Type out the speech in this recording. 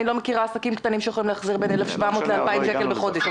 אני לא מכירה עסקים קטנים שיכולים להחזיר בין 1,700 2,000 שקל בחודש.